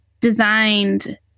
designed